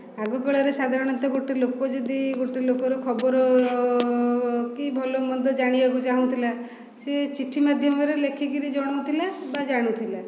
ଆଗ କାଳରେ ସାଧାରଣତଃ ଗୋଟେ ଲୋକ ଯଦି ଗୋଟେ ଲୋକର ଖବର କି ଭଲମନ୍ଦ ଜାଣିବାକୁ ଚାହୁଁଥିଲା ସେ ଚିଠି ମାଧ୍ୟମରେ ଲେଖିକରି ଜଣାଉଥିଲା ବା ଜାଣୁଥିଲା